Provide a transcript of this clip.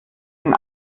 den